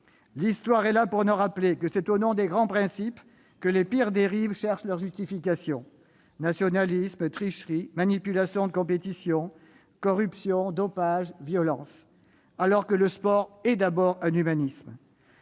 L'histoire est là pour nous rappeler que c'est au nom des grands principes que les pires dérives cherchent leurs justifications : nationalisme, tricheries, manipulation de compétitions, corruption, dopage, violence, alors que le sport est d'abord un humanisme.